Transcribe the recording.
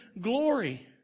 glory